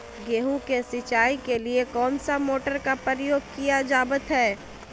गेहूं के सिंचाई के लिए कौन सा मोटर का प्रयोग किया जावत है?